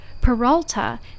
Peralta